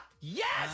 Yes